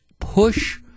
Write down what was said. push